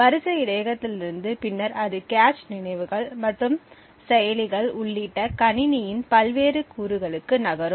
வரிசை இடையகத்திலிருந்து பின்னர் அது கேச் நினைவுகள் மற்றும் செயலிகள் உள்ளிட்ட கணினியின் பல்வேறு கூறுகளுக்கு நகரும்